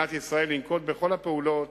מדינת ישראל לנקוט את כל הפעולות